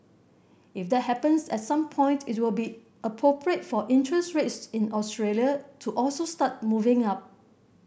if that happens at some point it will be appropriate for interest rates in Australia to also start moving up